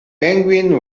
penguin